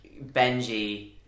Benji